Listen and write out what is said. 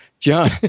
John